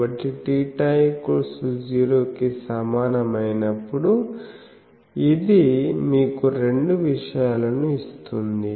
కాబట్టి θ 0 కి సమానం అయినప్పుడు ఇది మీకు రెండు విషయాలను ఇస్తుంది